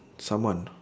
someone